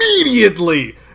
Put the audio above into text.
immediately